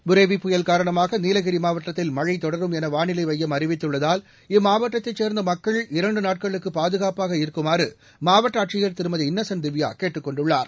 புரேவி புயல் காரணமாக நீலகிரி மாவட்டத்தில் மழை தொடரும் என வானிலை மையம் அறிவித்துள்ளதால் இம்மாவட்டத்தைச் சேர்ந்த மக்கள் இரண்டு நாட்களுக்கு பாதுகாப்பாக இருக்குமாறு மாவட்ட ஆட்சியர் திருமதி இன்னசென்ட் திவ்யா கேட்டுக் கொண்டுள்ளார்